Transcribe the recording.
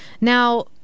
Now